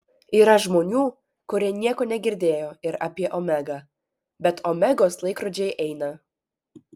yra žmonių kurie nieko negirdėjo ir apie omegą bet omegos laikrodžiai eina